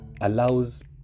allows